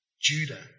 Judah